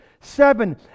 seven